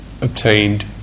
obtained